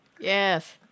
yes